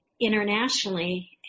internationally